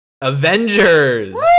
Avengers